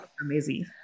amazing